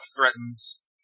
threatens